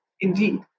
indeed